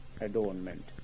adornment